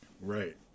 Right